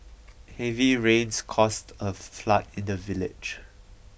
heavy rains caused a flood in the village